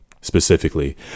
specifically